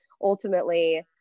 ultimately